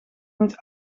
moet